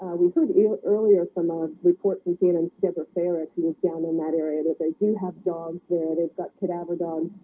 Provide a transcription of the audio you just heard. we heard earlier from ah reports from cnn's deborah ferris he was down in that area that they do have dogs. and is that cadaver dog?